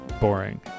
boring